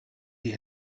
die